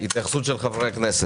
צו הבלו על דלק (פטור והישבון)(תיקון מס'),